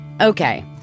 Okay